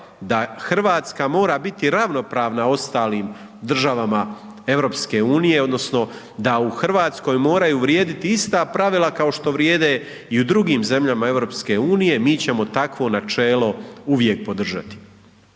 da RH mora biti ravnopravna ostalim državama EU odnosno da u RH moraju vrijediti ista pravila kao što vrijede i u drugim zemljama EU, mi ćemo takvo načelo uvijek podržati.